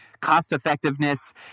Cost-effectiveness